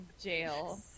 jail